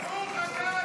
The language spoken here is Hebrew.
ברוך אתה ה'